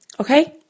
okay